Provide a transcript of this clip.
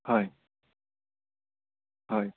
হয় হয়